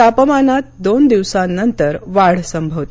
तापमानात दोन दिवसांनंतर वाढ संभवते